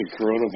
coronavirus